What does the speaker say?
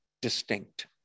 distinct